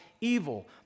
evil